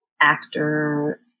actor